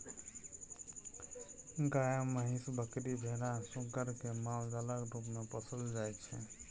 गाय, महीस, बकरी, भेरा आ सुग्गर केँ मालजालक रुप मे पोसल जाइ छै